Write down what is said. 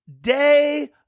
day